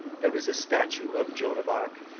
there is a statue of joan of arc,